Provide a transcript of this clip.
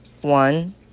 One